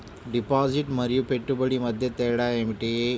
Deposit మరియు పెట్టుబడి మధ్య తేడా ఏమిటి?